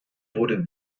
wurde